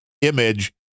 image